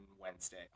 Wednesday